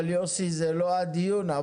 יוסי, זה לא הדיון.